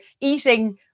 eating